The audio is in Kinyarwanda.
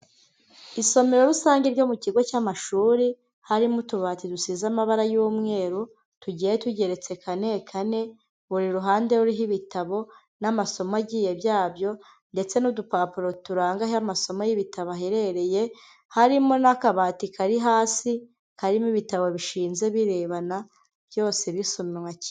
Isomero rusange ryo mu kigo cy'amashuri, harimo utubati dusize amabara y'umweru, tugiye tugeretse kanekane, buri ruhande ruriho ibitabo n'amasomo agiye byabyo ndetse n'udupapuro turanga aho amasomo y'ibitabo aherereye, harimo n'akabati kari hasi, karimo ibitabo bishinze birebana byose bisobanura kimwe.